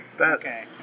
Okay